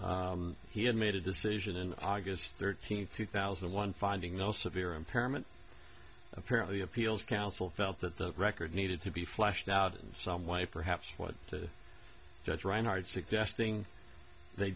he had made a decision in august thirteenth two thousand and one finding elsevier impairment apparently appeals counsel felt that the record needed to be fleshed out in some way perhaps what the judge reinhard suggesting they